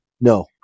No